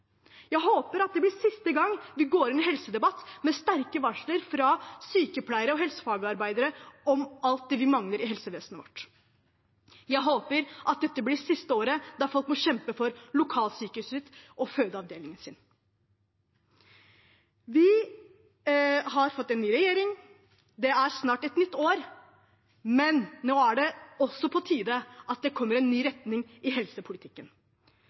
Jeg håper at det blir siste gang vi går inn i en helsedebatt med sterke varsler fra sykepleiere og helsefagarbeidere om alt det vi mangler i helsevesenet vårt. Jeg håper at dette blir det siste året der folk må kjempe for lokalsykehuset sitt og fødeavdelingen sin. Vi har fått en ny regjering. Det er snart et nytt år. Men nå er det også på tide at det kommer en ny retning i helsepolitikken.